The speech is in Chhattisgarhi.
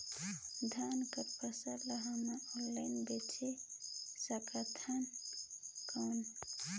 धान कर फसल ल हमन ऑनलाइन बेच सकथन कौन?